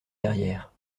derrière